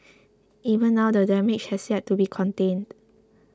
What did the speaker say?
even now the damage has yet to be contained